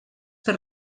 per